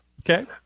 Okay